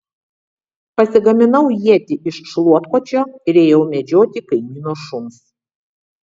pasigaminau ietį iš šluotkočio ir ėjau medžioti kaimyno šuns